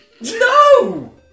No